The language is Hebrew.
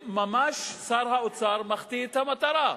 ממש, שר האוצר מחטיא את המטרה.